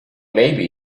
maybe